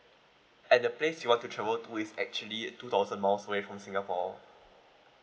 at the place you want to travel to is actually two thousand miles away from singapore